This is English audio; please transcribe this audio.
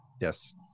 Yes